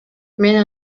мен